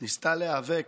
ניסתה להיאבק,